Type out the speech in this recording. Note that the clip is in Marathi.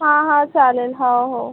हां हां चालेल हां हो